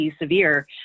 severe